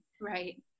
right